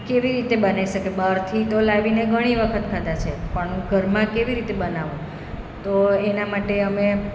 કેવી રીતે બનાવી શકે બહારથી લાવીને તો ઘણી વખત ખાધા છે પણ ઘરમાં કેવી રીતે બનાવવો તો એના માટે અમે